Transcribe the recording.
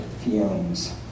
fumes